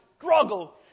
struggle